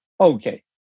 Okay